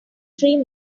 three